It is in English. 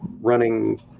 running